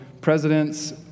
presidents